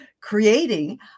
creating